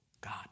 God